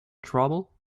trouble